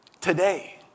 Today